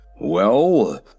Well